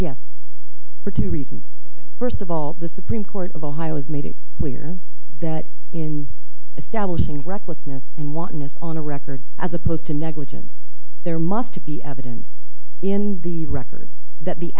yes for two reasons first of all the supreme court of ohio has made it clear that in establishing recklessness and wantonness on a record as opposed to negligence there must to be evidence in the record that the